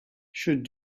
should